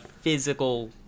physical